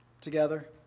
together